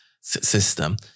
system